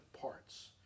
parts